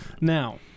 now